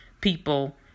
people